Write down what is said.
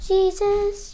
Jesus